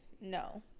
no